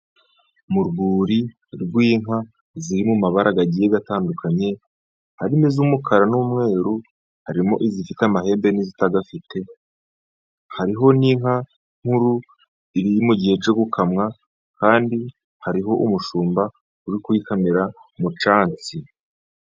Mu rwuri rw'inka ziri mu mabara agiye atandukanye. Harimo iz'umukara, n'umweru. Harimo izifite amahembe n'izitayafite. Hariho n'inka nkuru iri mu gihe cyo gukamwa kandi hariho umushumba uri kuyikamira mu cyansi.